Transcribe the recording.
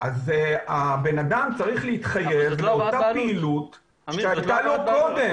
הבן אדם צריך להתחייב לאותה פעילות שהייתה לו קודם.